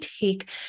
take